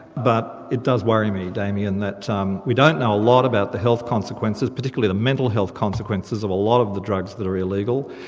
but it does worry me, damien, that um we don't know a lot about the health consequences, particularly the mental health consequences of a lot of the drugs that are illegal.